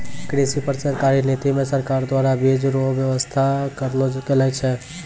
कृषि पर सरकारी नीति मे सरकार द्वारा बीज रो वेवस्था करलो गेलो छै